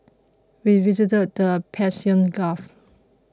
we visited the Persian Gulf